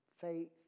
Faith